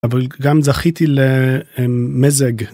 אבל גם זכיתי למזג.